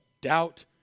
doubt